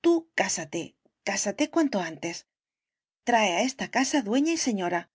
tú cásate cásate cuanto antes trae a esta casa dueña y señora